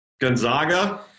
Gonzaga